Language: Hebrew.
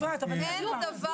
אין דבר כזה.